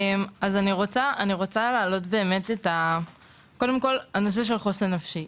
אני רוצה להעלות את הנושא של חוסן נפשי.